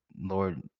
Lord